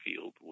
field